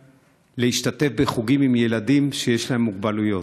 להשתתף בחוגים עם ילדים שיש להם מוגבלויות.